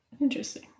interesting